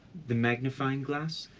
the magnifying glass?